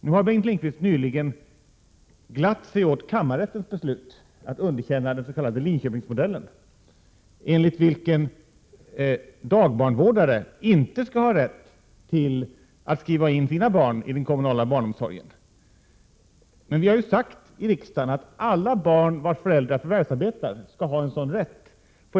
Nyligen gladde sig Bengt Lindqvist åt kammarrättens beslut att underkänna den s.k. Linköpingsmodellen — dvs. att dagbarnvårdare inte skall ha rätt att skriva in sina barn i den kommunala barnomsorgen. Men riksdagen har ju uttalat att alla barn vars föräldrar förvärvsarbetar skall ha den rätten.